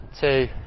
two